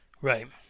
Right